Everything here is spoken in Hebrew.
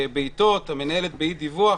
בעיטות, המנהלת נאשמה באי דיווח.